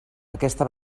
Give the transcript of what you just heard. aquesta